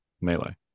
melee